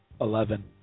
Eleven